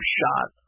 shot